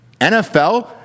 NFL